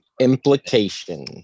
implication